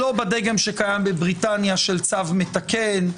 לא בדגם שקיים בבריטניה של צו מתקן.